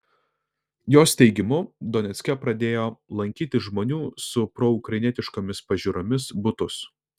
jos teigimu donecke pradėjo lankyti žmonių su proukrainietiškomis pažiūromis butus